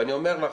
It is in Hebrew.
ואני אומר לך,